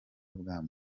bwa